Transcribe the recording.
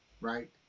right